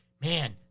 Man